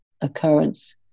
occurrence